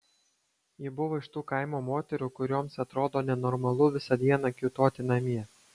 ji buvo iš tų kaimo moterų kurioms atrodo nenormalu visą dieną kiūtoti namie